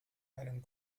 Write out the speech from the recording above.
einen